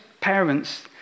parents